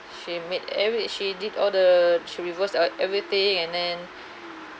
she made every she did all the she reverse everything and then